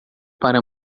para